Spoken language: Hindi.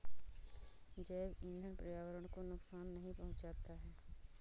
जैव ईंधन पर्यावरण को नुकसान नहीं पहुंचाता है